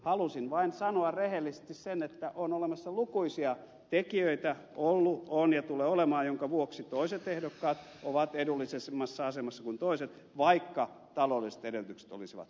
halusin vain sanoa rehellisesti sen että on olemassa lukuisia tekijöitä on ollut on ja tulee olemaan joiden vuoksi toiset ehdokkaat ovat edullisemmassa asemassa kuin toiset vaikka taloudelliset edellytykset olisivat samat